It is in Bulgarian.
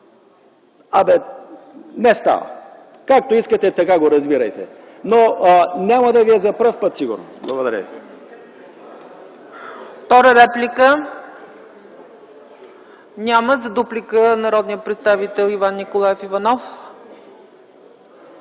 колеги, не става! Както искате, така го разбирайте. Но, няма да ви е за пръв път, сигурно.